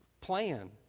plan